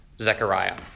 Zechariah